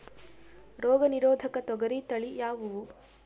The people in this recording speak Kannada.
ರೋಗ ನಿರೋಧಕ ತೊಗರಿ ತಳಿ ಯಾವುದು?